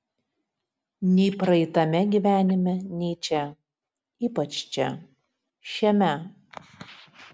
nei praeitame gyvenime nei čia ypač čia šiame